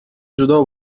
جدا